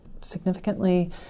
significantly